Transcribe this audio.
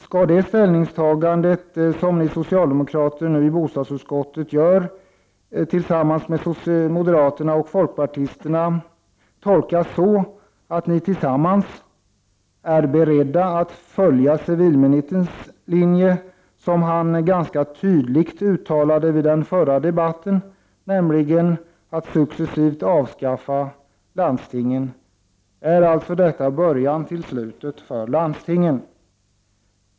Skall det ställningstagande som ni socialdemokrater i bostadsutskottet nu gör tillsammans med moderaterna och folkpartiet tolkas så, att ni tillsammans är beredda att följa civilministerns linje, som han ganska tydligt uttalade vid den förra debatten, och successivt avskaffa landstingen? Är detta början till slutet för landstingen?